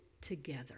together